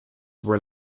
were